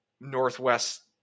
Northwest